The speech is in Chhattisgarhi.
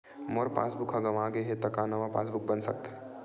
मोर पासबुक ह गंवा गे हे त का नवा पास बुक बन सकथे?